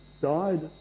died